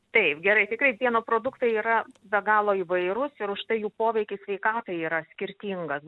taip gerai tikrai pieno produktai yra be galo įvairūs ir užtai jų poveikis sveikatai yra skirtingas